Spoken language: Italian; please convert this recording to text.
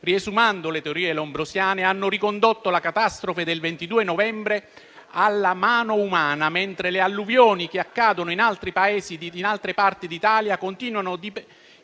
riesumando le teorie lombrosiane, ha ricondotto la catastrofe del 22 novembre alla mano umana, mentre le alluvioni che accadono in altri paesi di altre parti d'Italia continuano a